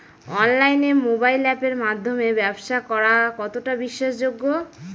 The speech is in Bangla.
অনলাইনে মোবাইল আপের মাধ্যমে ব্যাবসা করা কতটা বিশ্বাসযোগ্য?